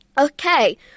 Okay